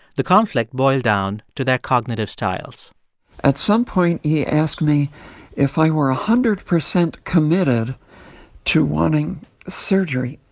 the conflict boiled down to their cognitive styles at some point, he asked me if i were one ah hundred percent committed to wanting surgery.